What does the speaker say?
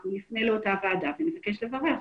אנחנו נפנה לאותה ועדה ונבקש לברר.